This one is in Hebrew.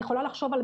אני יכולה לחשוב על,